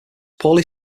poorly